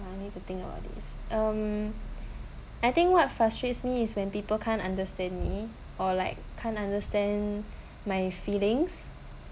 I need to think about this um I think what frustrates me is when people can't understand me or like can't understand my feelings